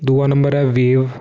दूआ नम्बर ऐ वी ओ